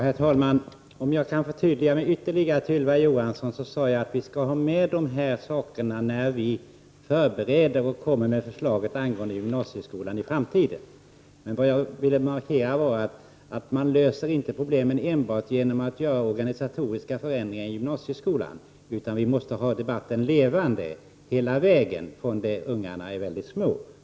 Herr talman! Låt mig ytterligare förtydliga mig för Ylva Johansson. Jag sade att vi skall ha med detta när vi förbereder och kommer med förslaget om gymnasieskolan i framtiden. Vad jag ville markera är att man inte löser problemen enbart genom att göra organisatoriska förändringar i gymnasieskolan, utan vi måste hålla debatten levande hela vägen från det att ungarna är mycket små.